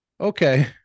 okay